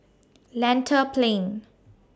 Lentor Plain